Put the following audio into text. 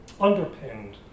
underpinned